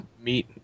meet